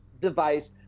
device